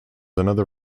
another